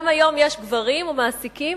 גם היום יש גברים או מעסיקים